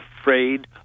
afraid